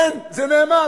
אין, זה נעמד.